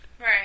Right